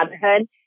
motherhood